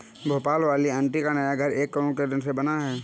भोपाल वाली आंटी का नया घर एक करोड़ के ऋण से बना है